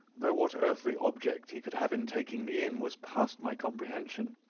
though what earthly object he could have in taking me in was past my comprehension.